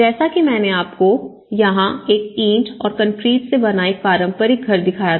जैसा कि मैंने आपसे कहा यह ईंट और कंक्रीट से बना एक पारंपरिक घर था